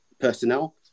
personnel